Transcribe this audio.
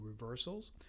reversals